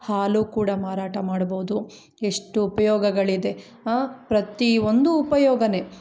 ಹಾಲು ಕೂಡ ಮಾರಾಟ ಮಾಡ್ಬೌದು ಎಷ್ಟು ಉಪಯೋಗಗಳಿದೆ ಆ ಪ್ರತಿವೊಂದು ಉಪಯೋಗಾನೆ